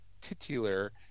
Titular